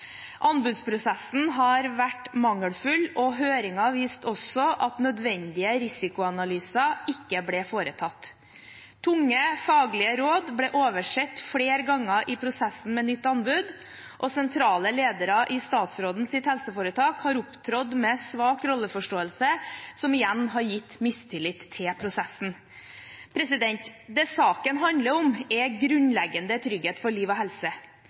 Anbudsprosessen har vært mangelfull, og høringen viste også at nødvendige risikoanalyser ikke ble foretatt. Tunge faglige råd ble oversett flere ganger i prosessen med nytt anbud, og sentrale ledere i statsrådens helseforetak har opptrådt med svak rolleforståelse, som igjen har gitt mistillit til prosessen. Det saken handler om, er grunnleggende trygghet for liv og helse.